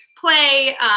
play